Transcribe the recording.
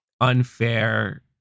unfair